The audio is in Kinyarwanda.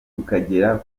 tukagera